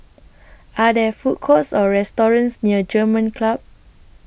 Are There Food Courts Or restaurants near German Club